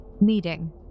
Meeting